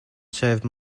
serve